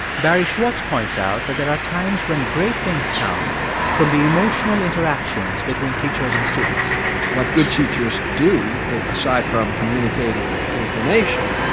barry schwartz points out that there are times when great things come from the emotional interactions between teachers and students what good teachers do, aside from communicating information,